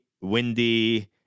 windy